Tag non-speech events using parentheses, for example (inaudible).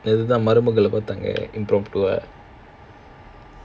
(laughs) impromptu ah